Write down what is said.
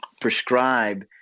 prescribe